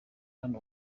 hano